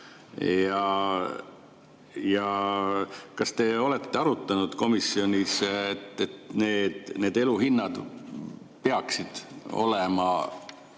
Kas te olete arutanud komisjonis, et need elu hinnad peaksid olema